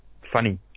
funny